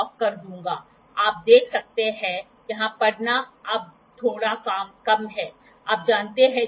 फिर आप क्या करते हैं कि आप इसे कॉनिकल रखने की कोशिश करेंगे इसलिए यह केंद्रों के बीच है यह एक कॉनिकल वर्कपीस है